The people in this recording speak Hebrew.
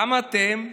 כמה אתם?